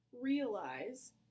realize